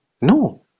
No